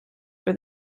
for